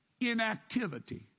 inactivity